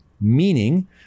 Meaning